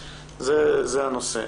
בוא נתחיל את הדיון.